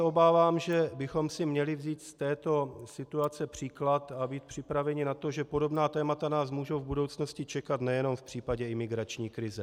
Obávám se, že bychom si měli vzít z této situace příklad a být připraveni na to, že podobná témata nás mohou v budoucnosti čekat nejenom v případě imigrační krize.